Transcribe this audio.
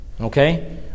Okay